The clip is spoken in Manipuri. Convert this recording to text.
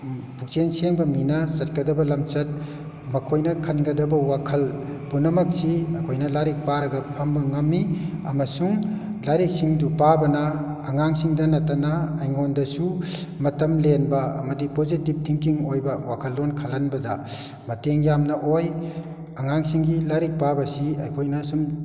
ꯄꯨꯛꯆꯦꯟ ꯁꯦꯡꯕ ꯃꯤꯅ ꯆꯠꯀꯗꯕ ꯂꯝꯆꯠ ꯃꯈꯣꯏꯅ ꯈꯟꯒꯗꯕ ꯋꯥꯈꯜ ꯄꯨꯝꯅꯃꯛꯁꯤ ꯑꯩꯈꯣꯏꯅ ꯂꯥꯏꯔꯤꯛ ꯄꯥꯔꯒ ꯐꯪꯕ ꯉꯝꯃꯤ ꯑꯃꯁꯨꯡ ꯂꯥꯏꯔꯤꯛꯁꯤꯡꯗꯨ ꯄꯥꯕꯅ ꯑꯉꯥꯡꯁꯤꯡꯗ ꯅꯠꯇꯅ ꯑꯩꯉꯣꯟꯗꯁꯨ ꯃꯇꯝ ꯂꯦꯟꯕ ꯑꯃꯗꯤ ꯄꯣꯖꯤꯇꯤꯕ ꯊꯤꯡꯀꯤꯡ ꯑꯣꯏꯕ ꯋꯥꯈꯜꯂꯣꯟ ꯈꯜꯍꯟꯕꯗ ꯃꯇꯦꯡ ꯌꯥꯝꯅ ꯑꯣꯏ ꯑꯉꯥꯡꯁꯤꯡꯒꯤ ꯂꯥꯏꯔꯤꯛ ꯄꯥꯕꯁꯤ ꯑꯩꯈꯣꯏꯅ ꯁꯨꯝ